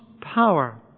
power